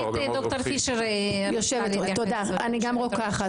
אני גם רוקחת.